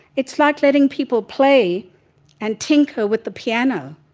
it's like letting people play and tinker with the piano,